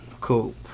cool